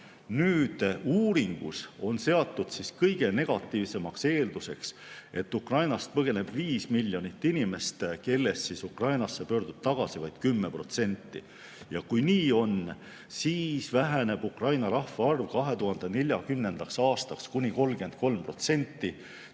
Nüüd, uuringus on seatud kõige negatiivsemaks eelduseks, et Ukrainast põgeneb 5 miljonit inimest, kellest Ukrainasse pöördub tagasi vaid 10%. Ja kui nii on, siis väheneb Ukraina rahvaarv 2040. aastaks kuni 33%,